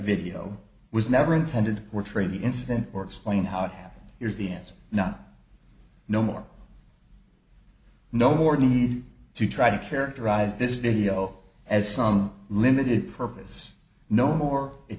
video was never intended or trade the incident or explain how it happened here is the answer not no more no more need to try to characterize this video as some limited purpose no more it